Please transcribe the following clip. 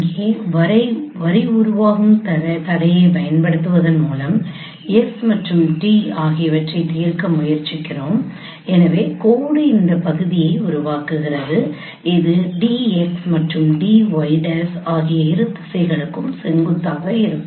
இங்கே வரி உருவாகும் தடையைப் பயன்படுத்துவதன் மூலம் s மற்றும் t ஆகியவற்றைத் தீர்க்க முயற்சிக்கிறோம் எனவே கோடு இந்த பகுதியை உருவாக்குகிறது இது dx மற்றும் dy' ஆகிய இரு திசைகளுக்கும் செங்குத்தாக இருக்கும்